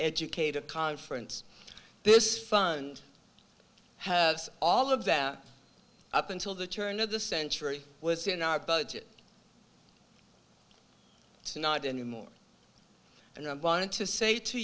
educator conference this fund has all of that up until the turn of the century was in our budget not anymore and i want to say to